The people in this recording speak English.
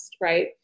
right